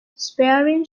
sparring